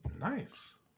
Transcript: nice